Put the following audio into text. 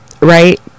Right